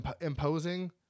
imposing